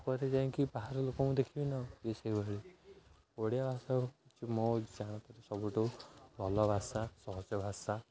ତାପରେ ଯାଇକି ବାହାର ଲୋକଙ୍କୁ ଦେଖିବି ନା କି ସେଇଭଳି ଓଡ଼ିଆ ଭାଷା କି ମୋ ହିସାବରେ ସବୁଠୁ ଭଲ ଭାଷା ସହଜ ଭାଷା